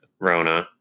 Rona